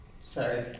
Sorry